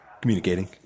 Communicating